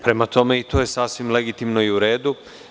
Prema tome, i to je sasvim legitimno i u redu.